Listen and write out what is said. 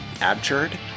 abjured